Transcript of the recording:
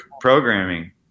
programming